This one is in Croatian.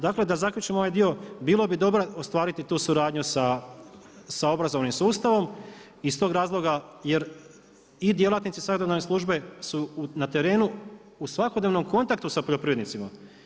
Dakle, da zaključim ovaj dio, bilo bi dobro ostvariti tu suradnju sa obrazovnim sustavom iz tog razloga jer i djelatnici savjetodavne službe su u terenu u svakodnevnom kontaktu sa poljoprivrednicima.